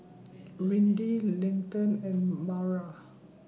Windy Leighton and Maura